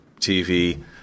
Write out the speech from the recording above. tv